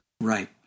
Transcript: Right